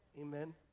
Amen